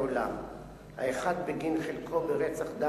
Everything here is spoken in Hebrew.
אולם עד היום לא הועברה בקשתו לנשיא